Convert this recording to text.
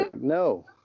No